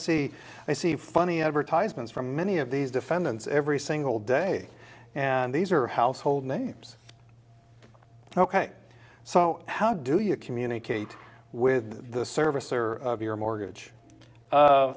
see i see funny advertisements from many of these defendants every single day and these are household names ok so how do you communicate with the service or your mortgage